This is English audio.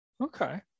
okay